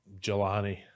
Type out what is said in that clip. Jelani